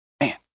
man